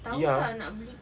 ya